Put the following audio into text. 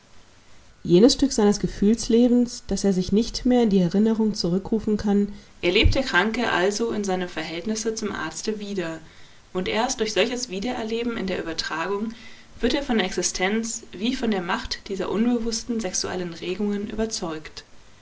jenes stück seines gefühlslebens das er sich nicht mehr in die erinnerung zurückrufen kann erlebt der kranke also in seinem verhältnisse zum arzte wieder und erst durch solches wiedererleben in der übertragung wird er von der existenz wie von der macht dieser unbewußten sexuellen regungen überzeugt